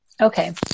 Okay